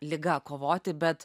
liga kovoti bet